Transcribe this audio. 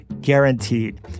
guaranteed